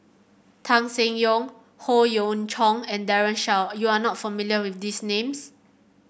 Tan Seng Yong Howe Yoon Chong and Daren Shiau you are not familiar with these names